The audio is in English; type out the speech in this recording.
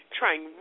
trying